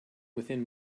within